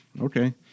Okay